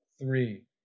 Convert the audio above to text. three